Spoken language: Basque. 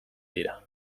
dira